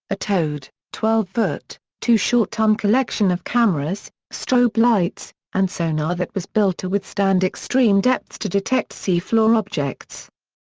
a towed, twelve foot, two short ton collection of cameras, strobe lights, and sonar that was built to withstand extreme depths to detect seafloor objects.